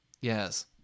yes